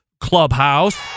Clubhouse